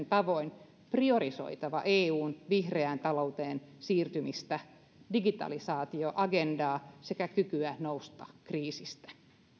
tavoin priorisoitava eun vihreään talouteen siirtymistä digitalisaatioagendaa sekä kykyä nousta kriisistä